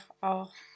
auch